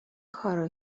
کارو